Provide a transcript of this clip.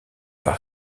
par